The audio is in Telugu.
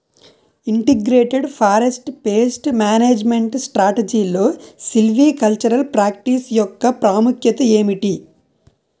ఇంటిగ్రేటెడ్ ఫారెస్ట్ పేస్ట్ మేనేజ్మెంట్ స్ట్రాటజీలో సిల్వికల్చరల్ ప్రాక్టీస్ యెక్క ప్రాముఖ్యత ఏమిటి??